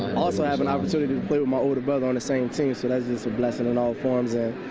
also have an opportunity to motive, but on the same season as it's a lesson in all forms and